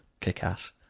kick-ass